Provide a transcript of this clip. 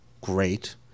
great